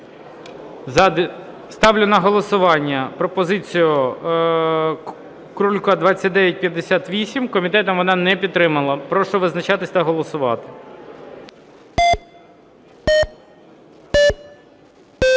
Ставлю на голосування пропозицію Крулька 2958. Комітетом вона не підтримана. Прошу визначатися та голосувати.